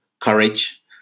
courage